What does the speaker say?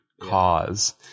cause